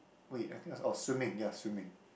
wait I think it was oh swimming ya swimming